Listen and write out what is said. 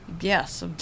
Yes